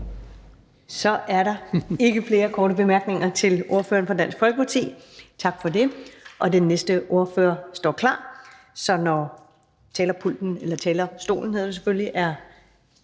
Så er der ikke flere korte bemærkninger til ordføreren fra Dansk Folkeparti. Tak for det. Og den næste ordfører står klar, så når talerstolen er grundig rengjort, og